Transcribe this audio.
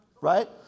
right